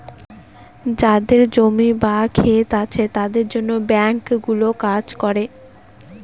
যাদের জমি বা ক্ষেত আছে তাদের জন্য ব্যাঙ্কগুলো কাজ করে